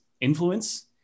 influence